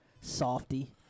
Softy